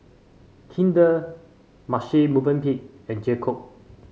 Kinder Marche Movenpick and J Co